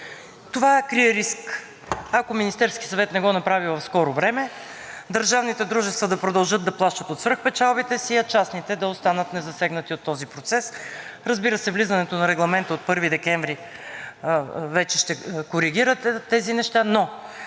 Това крие риск. Ако Министерският съвет не го направи в скоро време, държавните дружества да продължат да плащат от свръхпечалбите си, а частните да останат незасегнати от този процес. Разбира се, влизането на Регламента от 1 декември вече ще коригира тези неща, но